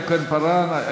יעל כהן-פארן.